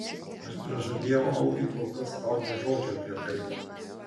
aš prižadėjau augiui kol kas tau nė žodžio apie tai